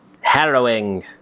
Harrowing